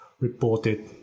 reported